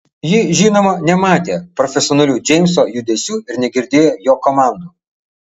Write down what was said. ji žinoma nematė profesionalių džeimso judesių ir negirdėjo jo komandų